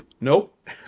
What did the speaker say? nope